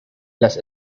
las